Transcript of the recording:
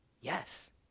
Yes